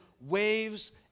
waves